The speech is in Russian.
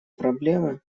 проблемы